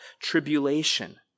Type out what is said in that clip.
tribulation